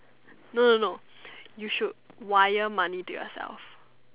no no no you should wire money to yourself